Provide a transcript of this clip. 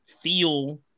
feel